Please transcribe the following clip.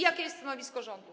Jakie jest stanowisko rządu?